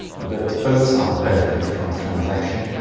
that both sides benefit from a transaction,